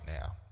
now